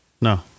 No